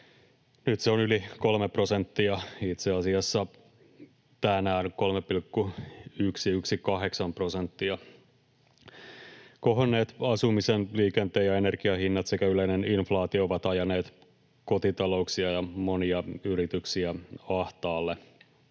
nyt se on yli 3 prosenttia, itse asiassa tänään 3,118 prosenttia. Kohonneet asumisen, liikenteen ja energian hinnat sekä yleinen inflaatio ovat ajaneet kotitalouksia ja monia yrityksiä ahtaalle.